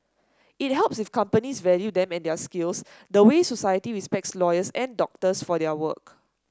it helps if companies value them and their skills the way society respects lawyers and doctors for their work